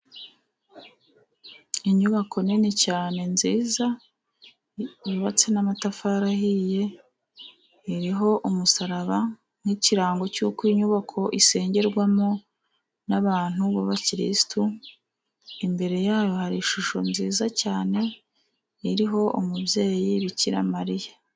Inyubako nini cyane nziza, yubatse n'amatafari ahiye. Iriho umusaraba nk'ikirango cy'uko iyi nyubako isengerwamo n'abantu b'abakirisitu. Imbere yayo hari ishusho nziza cyane, iriho umubyeyi Bikira Mariya.